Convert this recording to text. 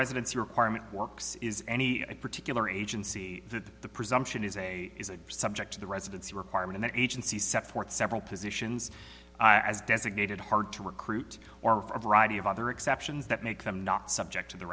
residency requirement works is any particular agency that the presumption is a is a subject to the residency requirement the agency set forth several positions as designated hard to recruit or a variety of other exceptions that make them not subject to the